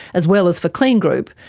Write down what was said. as well as for kleen group,